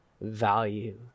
value